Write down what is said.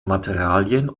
materialien